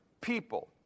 people